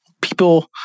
people